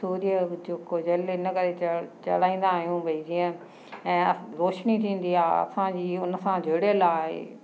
सूर्य जेको जल इन करे चढ़ चढ़ाईंदा आहियूं भई जीअं ऐं रोशनी थींदी आहे असांजी उन सां जुड़ियलु आहे